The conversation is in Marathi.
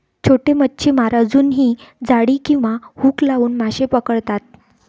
छोटे मच्छीमार अजूनही जाळी किंवा हुक लावून मासे पकडतात